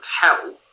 tell